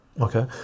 Okay